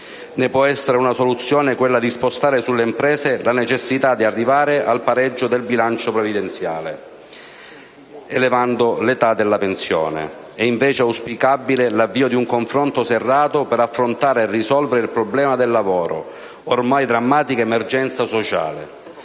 Né può essere una soluzione quella di spostare sulle imprese la necessità di arrivare al pareggio del bilancio previdenziale elevando l'età della pensione. È invece auspicabile l'avvio di un confronto serrato per affrontare e risolvere il problema del lavoro, ormai drammatica emergenza sociale.